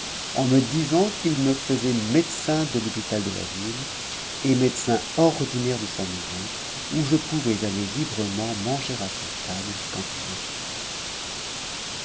en me disant qu'il me faisait médecin de l'hôpital de la ville et médecin ordinaire de sa maison où je pouvais aller librement manger à sa table quand il me plairait